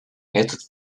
этот